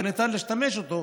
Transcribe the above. ושניתן להשתמש בו